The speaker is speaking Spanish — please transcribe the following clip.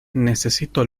necesito